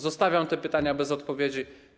Zostawiam te pytania bez odpowiedzi.